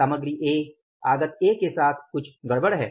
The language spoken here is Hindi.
सामग्री ए आगत ए के साथ कुछ गड़बड़ है